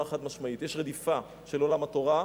חד-משמעית: יש רדיפה של עולם התורה,